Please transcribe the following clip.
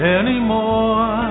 anymore